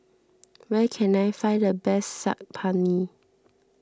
where can I find the best Saag Paneer